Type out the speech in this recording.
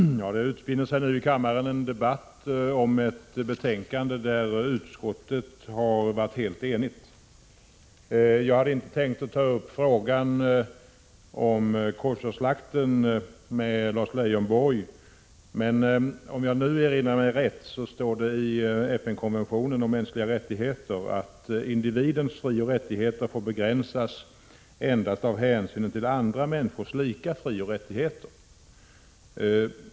Herr talman! Det utspinner sig nu i kammaren en debatt om ett betänkande där utskottet är helt enigt. Jag hade inte tänkt ta upp frågan om koscherslakten med Lars Leijonborg, men jag vill erinra om att det i FN-konventionen om mänskliga rättigheter står att individens frioch rättigheter får begränsas endast av hänsynen till andra människors lika fri 85 och rättigheter.